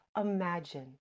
imagine